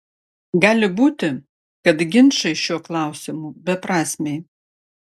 gali būti kad ginčai šiuo klausimu beprasmiai